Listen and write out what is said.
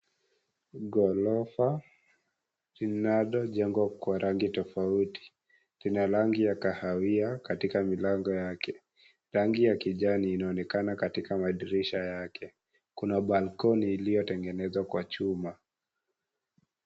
Gorofa linalojengwa kwa rangi tofauti kuna rangi ya kahawia katika milango yake, rangi ya kijani inaonekana katika madirisha yake kuna (cs)balkoni(cs) iliyotengenezwa kwa chuma.